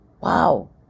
wow